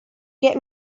get